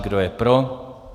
Kdo je pro?